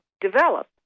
develop